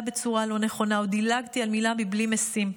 בצורה לא נכונה או דילגתי על מילה מבלי משים.